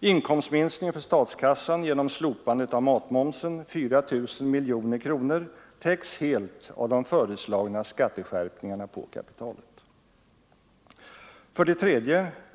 Inkomstminskningen för statskassan genom slopandet av matmomsen — 4000 miljoner kronor — täcks helt av de föreslagna skatteskärpningarna på kapitalet. 3.